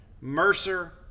Mercer